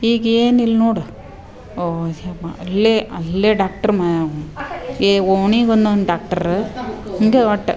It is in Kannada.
ಈಗ ಏನಿಲ್ಲ ನೋಡು ಓ ದೇವ ಅಲ್ಲೆ ಅಲ್ಲೆ ಡಾಕ್ಟ್ರ್ ಮ ಈಗ ಓಣಿಗೆ ಒಂದೊಂದು ಡಾಕ್ಟರ ಹೀಗೆ ಒಟ್ಟು